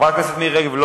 חברי הכנסת מירי רגב,